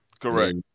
Correct